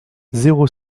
zéro